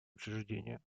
учреждения